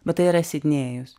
bet tai yra sidnėjus